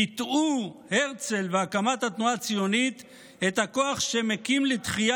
ביטאו הרצל והקמת התנועה הציונית את הכוח שמקים לתחייה